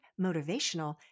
motivational